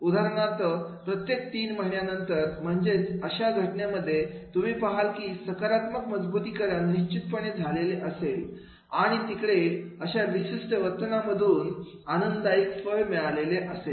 उदाहरणार्थ प्रत्येक तीन महिन्यानंतर म्हणजे अशा घटनेमध्ये तुम्ही पाहाल कि सकारात्मक मजबुतीकरण निश्चितपणे झालेले असेल आणि तिकडे अशा विशिष्ट वर्तना मधून आनंददायक फळ मिळाले असेल